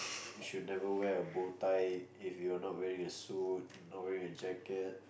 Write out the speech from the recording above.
you should never wear a bow tie if you're not wearing a suit not wearing a jacket